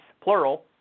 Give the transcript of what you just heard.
plural